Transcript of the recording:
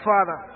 Father